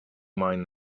mine